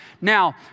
Now